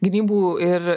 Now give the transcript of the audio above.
gynybų ir